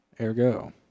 Ergo